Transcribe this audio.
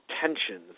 tensions